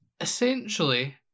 Essentially